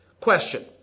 Question